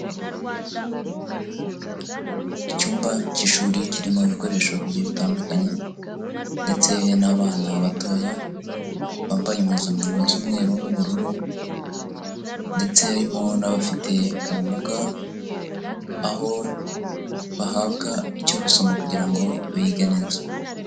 Icyumba cy'ishuri kirimo ibikoresho bigiye bitandukanye ndetse n'abana batoya, bambaye impuzankano z'umweru n'ubururu ndetse harimo n'abafite ubumuga, aho bahabwa icyo gusoma kugira ngo bige neza.